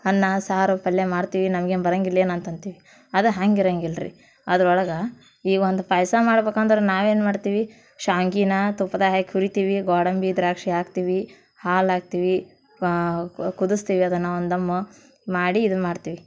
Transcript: ಅನ್ನ ಸಾರು ಪಲ್ಯ ಮಾಡ್ತೀವಿ ನಮ್ಗೇನು ಬರಂಗಿಲ್ಲೇನು ಅಂತ ಅಂತೀವಿ ಅದು ಹಂಗೆ ಇರಂಗಿಲ್ಲ ರೀ ಅದ್ರೊಳಗೆ ಈ ಒಂದು ಪಾಯಸ ಮಾಡ್ಬೇಕಂದ್ರ್ ನಾವೇನು ಮಾಡ್ತೀವಿ ಶಾವ್ಗೆನ ತುಪ್ದಾಗೆ ಹಾಕಿ ಹುರಿತೀವಿ ಗೋಡಂಬಿ ದ್ರಾಕ್ಷಿ ಹಾಕ್ತೀವಿ ಹಾಲು ಹಾಕ್ತೀವಿ ಕು ಕುದಿಸ್ತೀವಿ ಅದನ್ನು ಒಂದು ದಮ್ಮು ಮಾಡಿ ಇದನ್ನು ಮಾಡ್ತೀವಿ